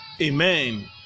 amen